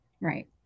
Right